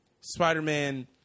Spider-Man